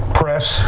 press